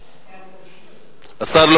השר, משיב.